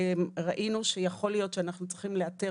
ראינו שיכול להיות שאנחנו צריכים לאתר